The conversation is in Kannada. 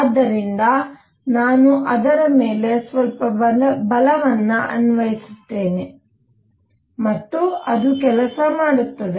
ಆದ್ದರಿಂದ ನಾನು ಅದರ ಮೇಲೆ ಸ್ವಲ್ಪ ಬಲವನ್ನು ಅನ್ವಯಿಸುತ್ತೇನೆ ಮತ್ತು ಆದ್ದರಿಂದ ಅದು ಕೆಲಸ ಮಾಡುತ್ತದೆ